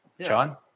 John